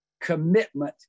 commitment